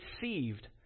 deceived